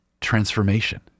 transformation